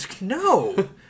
no